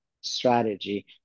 strategy